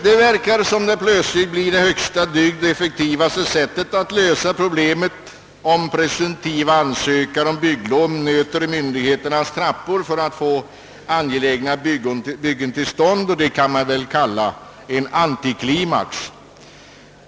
Det verkar som om det plötsligt blivit högsta dygd och det effektivaste sättet att lösa problemen, att presumptiva ansökare av byggnadslov får nöta myndigheternas trappor för att angelägna byggen skall komma till stånd. Det kan väl kallas en antiklimax.